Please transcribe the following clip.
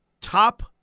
top